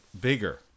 bigger